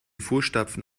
fußstapfen